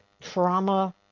trauma